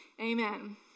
Amen